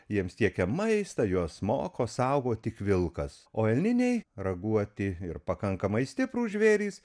jiems tiekia maistą juos moko saugo tik vilkas o elniniai raguoti ir pakankamai stiprūs žvėrys